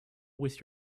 with